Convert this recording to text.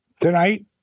tonight